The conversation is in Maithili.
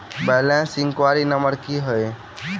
बैलेंस इंक्वायरी नंबर की है?